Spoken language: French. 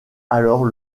alors